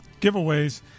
giveaways